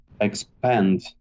expand